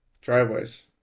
Driveways